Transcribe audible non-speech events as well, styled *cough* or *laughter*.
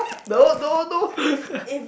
no no no *laughs*